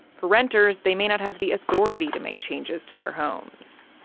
for renters, they may not have the authority to make changes to their homes.